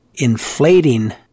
inflating